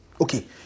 Okay